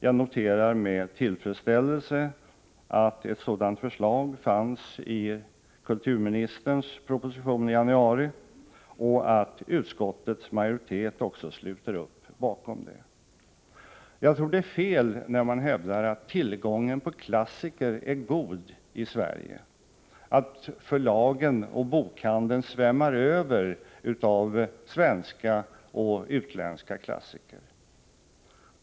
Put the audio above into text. Jag noterar med tillfredsställelse att ett sådant förslag fanns i kulturministerns proposition i januari och att utskottets majoritet också sluter upp bakom det. Jag tror att det är fel när man hävdar att tillgången på klassiker är god i Sverige, att förlagen och bokhandeln svämmar över av svenska och utländska klassiker.